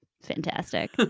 Fantastic